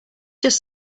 just